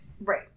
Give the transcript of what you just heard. Right